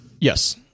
Yes